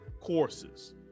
courses